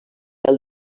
pèl